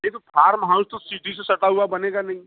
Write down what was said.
नहीं तो farm house तो सिटी से सटा हुआ बनेगा नहीं